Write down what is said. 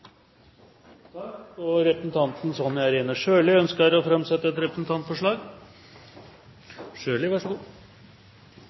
og omsorgstilbudet. Representanten Sonja Irene Sjøli ønsker også å framsette et representantforslag.